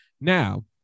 now